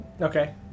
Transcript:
Okay